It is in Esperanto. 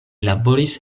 laboris